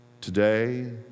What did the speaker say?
today